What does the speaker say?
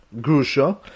grusha